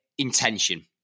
Intention